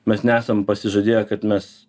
mes nesam pasižadėję kad mes